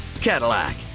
Cadillac